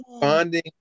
Bonding